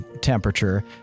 Temperature